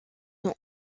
sont